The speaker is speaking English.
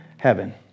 heaven